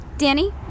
Danny